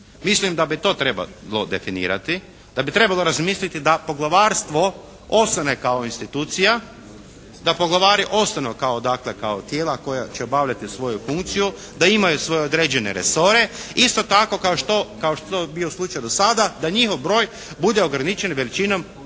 Mislim da bi to trebalo definirati. Da bi trebalo razmisliti da poglavarstvo ostane kao institucija. Da poglavari ostanu kao dakle kao tijela koja će obavljati svoju funkciju. Da imaju svoje određene resore isto tako kao što, kao što je bio slučaj do sada da njihov broj bude ograničen veličinom određene